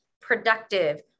productive